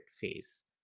phase